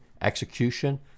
execution